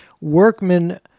workmen